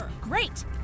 Great